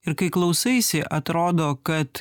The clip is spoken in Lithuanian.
ir kai klausaisi atrodo kad